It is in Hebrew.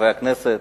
חברי הכנסת,